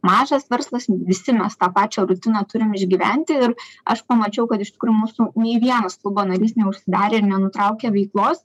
mažas verslas visi mes tą pačią rutiną turim išgyventi ir aš pamačiau kad iš tikrųjų mūsų nei vienas klubo narys neužsidarė ir nenutraukė veiklos